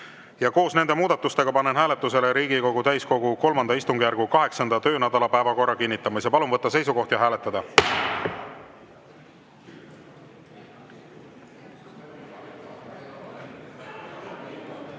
Koos nende muudatustega panen hääletusele Riigikogu täiskogu III istungjärgu 8. töönädala päevakorra kinnitamise. Palun võtta seisukoht ja hääletada!